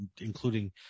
including